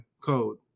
code